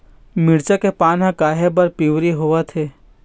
मिरचा के पान हर काहे बर पिवरी होवथे?